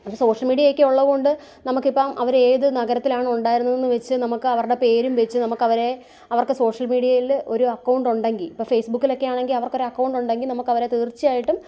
അപ്പം social media ഒക്കെ ഉള്ളതുകൊണ്ട് നമുക്ക് ഇപ്പം അവരെ ഏത് നഗരത്തിലാണ് ഉണ്ടായിരുന്നത് എന്ന് വെച്ച് നമുക്ക് അവരുടെ പേരും വെച്ച് നമുക്ക് അവരെ അവർക്ക് സോഷ്യൽ മീഡിയയിൽ ഒരു അക്കൗണ്ട് ഉണ്ടെങ്കിൽ ഇപ്പോൾ ഫേസ്ബുക്കിൽ ഒക്കെ ആണെങ്കിൽ അവർക്ക് ഒരു അക്കൗണ്ട് ഉണ്ടെങ്കിൽ നമുക്ക് അവരെ തീർച്ചയായിട്ടും